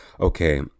okay